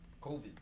COVID